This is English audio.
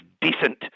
decent